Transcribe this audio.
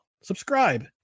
subscribe